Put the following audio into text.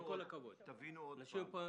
--- תבינו עוד פעם,